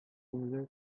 күңеле